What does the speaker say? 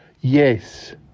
Yes